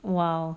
!wow!